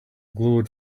glowed